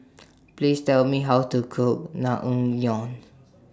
Please Tell Me How to Cook Naengmyeon